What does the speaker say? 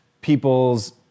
people's